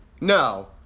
No